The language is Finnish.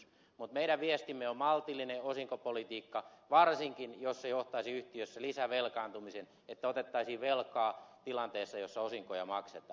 mutta meidän viestimme on maltillinen osinkopolitiikka varsinkin jos muu menettely johtaisi yhtiössä lisävelkaantumiseen niin että otettaisiin velkaa tilanteessa jossa osinkoja maksetaan